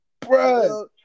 bro